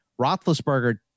roethlisberger